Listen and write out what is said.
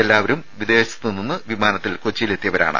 എല്ലാവരും വിദേശത്തുനിന്ന് വിമാനത്തിൽ കൊച്ചിയിലെത്തിയവരാണ്